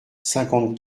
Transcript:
cinquante